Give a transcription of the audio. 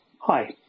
Hi